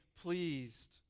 Pleased